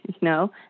No